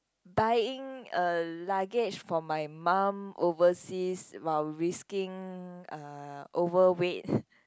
buying a luggage for my mum overseas while risking a overweight